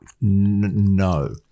No